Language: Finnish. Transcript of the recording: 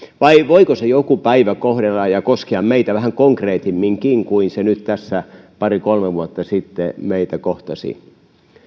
vai voiko se joku päivä kohdata ja koskea meitä vähän konkreettisemminkin kuin se nyt tässä pari kolme vuotta sitten meitä kohtasi